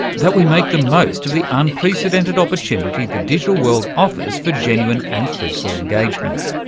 that we make the most of the unprecedented opportunity the digital world offers for genuine and fruitful engagement.